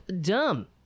dumb